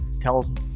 tell